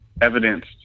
evidenced